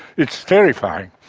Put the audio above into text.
it's terrifying,